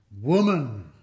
woman